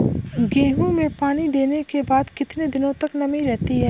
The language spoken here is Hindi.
गेहूँ में पानी देने के बाद कितने दिनो तक नमी रहती है?